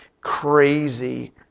crazy